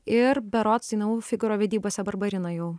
ir berods dainavau figaro vedybose barbariną jau